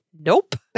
nope